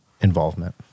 involvement